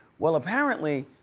well, apparently,